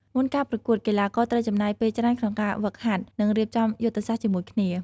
មុនការប្រកួត កីឡាករត្រូវចំណាយពេលច្រើនក្នុងការហ្វឹកហាត់ និងរៀបចំយុទ្ធសាស្ត្រជាមួយគ្នា។